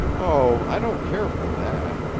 oh, i don't care for that.